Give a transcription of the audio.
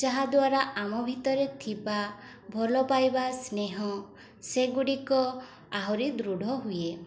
ଯାହାଦ୍ୱାରା ଆମ ଭିତରେ ଥିବା ଭଲ ପାଇବା ସ୍ନେହ ସେଗୁଡ଼ିକ ଆହୁରି ଦୃଢ଼ ହୁଏ